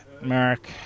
Mark